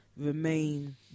Remain